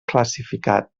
classificat